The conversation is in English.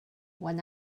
one